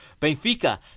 Benfica